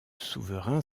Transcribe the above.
souverain